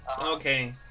Okay